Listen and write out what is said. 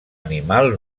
animal